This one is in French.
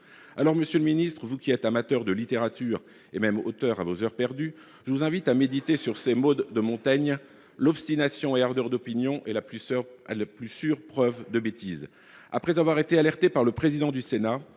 Monsieur le ministre, vous qui êtes amateur de littérature, et même auteur à vos heures perdues, je vous invite à méditer sur ces mots de Montaigne :« L’obstination et ardeur d’opinion est la plus sûre preuve de bêtise. » Le président du Sénat,